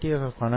O K